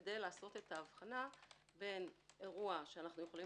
כדי לעשות את ההבחנה בין אירוע שאנחנו יכולים